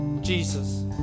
Jesus